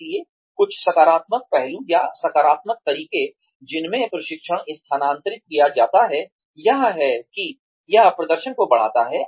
इसलिए कुछ सकारात्मक पहलू या सकारात्मक तरीके जिनमें प्रशिक्षण स्थानांतरित किया जाता है यह है कि यह प्रदर्शन को बढ़ाता है